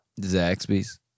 Zaxby's